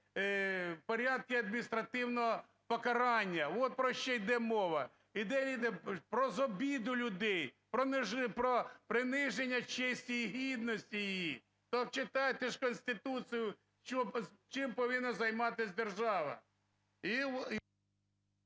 порядку адміністративного покарання, от про що йде мова. Іде про обіду людей, про приниження честі і гідності її. Та читайте ж Конституцію, чим повинна займатися держава.